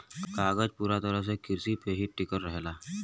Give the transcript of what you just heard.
कागज पूरा तरह से किरसी पे ही टिकल रहेला